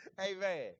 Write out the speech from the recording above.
Amen